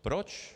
Proč?